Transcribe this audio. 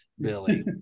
billy